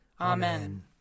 Amen